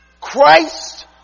Christ